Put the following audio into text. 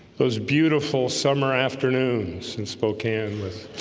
those beautiful summer afternoons in spokane with